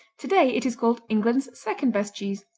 today it is called england's second-best cheese,